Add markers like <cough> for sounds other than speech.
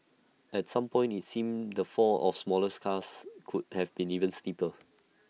at some point IT seemed the fall of smaller cars could have been even steeper <noise>